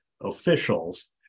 officials